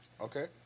Okay